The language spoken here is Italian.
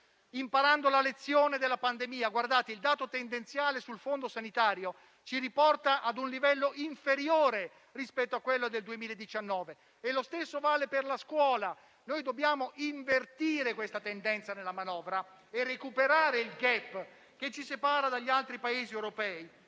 imparando la lezione della pandemia. Il dato tendenziale sul fondo sanitario ci riporta ad un livello inferiore rispetto a quello del 2019 e lo stesso vale per la scuola. Dobbiamo invertire questa tendenza nella manovra e recuperare il *gap* che ci separa dagli altri Paesi europei.